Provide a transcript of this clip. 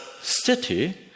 city